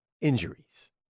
Injuries